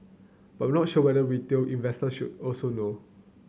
but not sure whether retail investor should also know